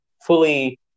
fully